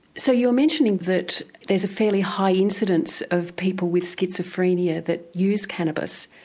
so you're mentioning that there's a fairly high incidence of people with schizophrenia that use cannabis.